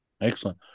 excellent